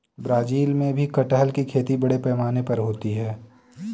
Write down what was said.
Brazil में भी कटहल की खेती बड़े पैमाने पर होती है